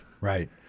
Right